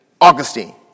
Augustine